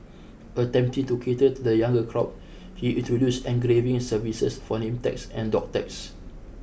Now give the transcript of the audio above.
attempting to cater to the younger crowd he introduced engraving services for name tags and dog tags